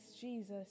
Jesus